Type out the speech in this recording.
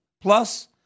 Plus